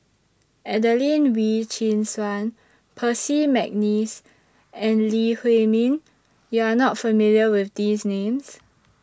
Adelene Wee Chin Suan Percy Mcneice and Lee Huei Min YOU Are not familiar with These Names